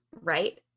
right